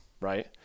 right